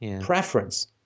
Preference